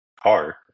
car